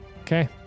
Okay